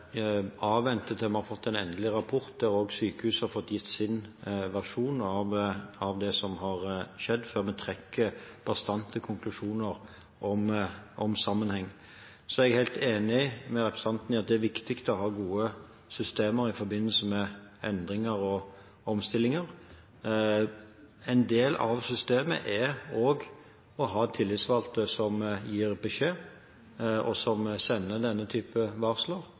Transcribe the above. avventer til vi har fått den endelige rapporten og til sykehuset har fått gitt sin versjon av det som har skjedd, før vi trekker bastante konklusjoner om sammenheng. Så er jeg helt enig med representanten i at det er viktig å ha gode systemer i forbindelse med endringer og omstillinger. En del av systemet er også å ha tillitsvalgte som gir beskjed, og som sender denne typen varsler.